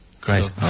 Great